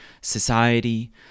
society